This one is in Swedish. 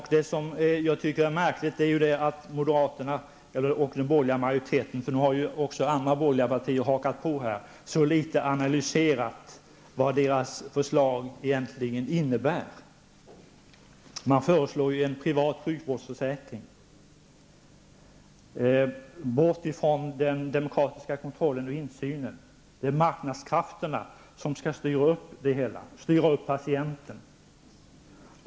Det som jag tycker är märkligt är att den borgerliga majoriteten -- de andra borgerliga partierna har hakat på moderaterna -- så litet har analyserat vad deras förslag egentligen innebär. De föreslår en privat sjukvårdsförsäkring, som står utanför den demokratiska kontrollen och insynen. Det är marknadskrafterna som skall styra det hela, som skall styra patienten.